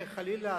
חלילה,